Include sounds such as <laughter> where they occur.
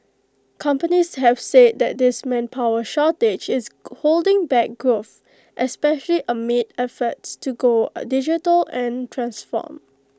companies have said that this manpower shortage is <unintelligible> holding back growth especially amid efforts to go A digital and transform